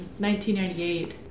1998